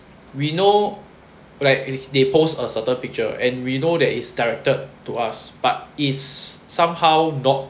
we know like they post assorted picture and we know that is directed to us but it's somehow not